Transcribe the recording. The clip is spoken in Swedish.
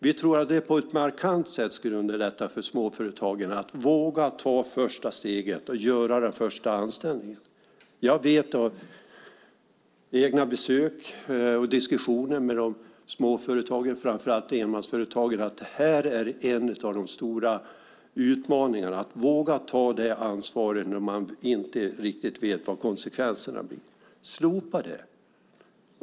Vi tror att det på ett markant sätt skulle underlätta för småföretagen att våga ta första steget och göra den första anställningen. Jag vet av egna besök och diskussioner med de små företagen, framför allt enmansföretagen, att det här är en av de stora utmaningarna - att våga ta det ansvaret när man inte riktigt vet vad konsekvenserna blir. Slopa det!